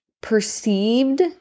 perceived